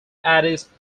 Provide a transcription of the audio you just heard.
addis